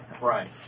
Right